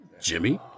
Jimmy